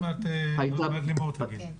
עוד מעט לימור תגיד.